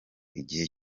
igihe